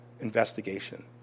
investigation